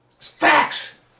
Facts